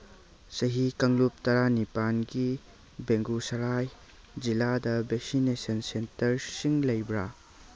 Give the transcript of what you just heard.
ꯆꯍꯤ ꯀꯥꯡꯂꯨꯞ ꯇꯔꯥꯅꯤꯄꯥꯟꯒꯤ ꯕꯦꯡꯒꯨꯁꯔꯥꯏ ꯖꯤꯂꯥꯗ ꯚꯦꯛꯁꯤꯅꯦꯁꯟ ꯁꯦꯟꯇꯔꯁꯤꯡ ꯂꯩꯕ꯭ꯔꯥ